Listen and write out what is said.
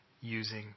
using